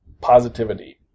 positivity